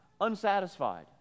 unsatisfied